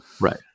Right